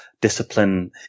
discipline